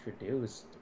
introduced